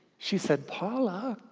she said, paula,